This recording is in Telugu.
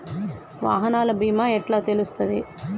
వాహనాల బీమా ఎట్ల తెలుస్తది?